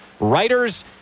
Writers